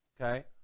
Okay